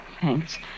Thanks